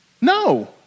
No